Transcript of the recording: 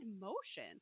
motion